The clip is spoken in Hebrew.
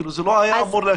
כאילו זה לא היה אמור להשפיע.